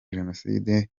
jenoside